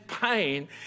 pain